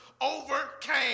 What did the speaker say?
overcame